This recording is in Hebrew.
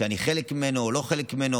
שאני חלק ממנו או לא חלק ממנו,